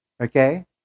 Okay